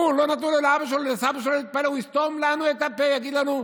הוא יסתום לנו את הפה ויגיד לנו: